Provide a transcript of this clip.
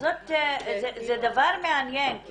זה דבר מעניין.